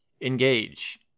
Engage